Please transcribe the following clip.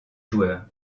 joueurs